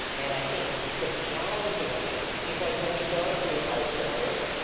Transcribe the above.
and i think the challenging thing because when you go into our stores,